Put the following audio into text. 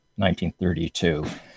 1932